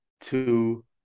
two